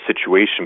situation